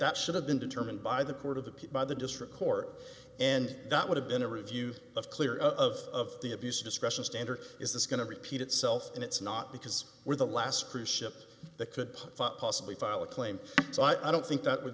that should have been determined by the court of the piece by the district court and that would have been a review of clear of the abuse of discretion standard is this going to repeat itself and it's not because we're the last cruise ship that could possibly file a claim so i don't think that would